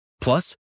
Plus